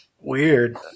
Weird